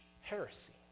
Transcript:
heresy